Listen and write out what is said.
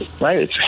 right